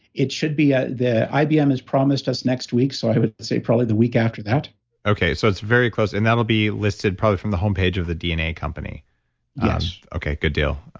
it should be ah there. ibm has promised us next week, so, i would say probably the week after that okay. so, it's very close. and that'll be listed probably from the homepage of the dna company yes okay. good deal.